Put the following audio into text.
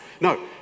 No